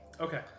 Okay